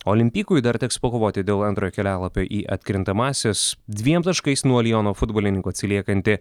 olimpikui dar teks pakovoti dėl antrojo kelialapio į atkrintamąsias dviem taškais nuo liono futbolininkų atsiliekanti